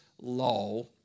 law